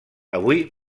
avui